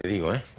you. i